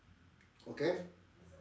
okay